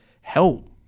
help